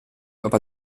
aber